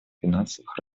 финансовых